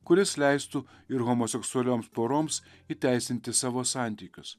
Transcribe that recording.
kuris leistų ir homoseksualioms poroms įteisinti savo santykius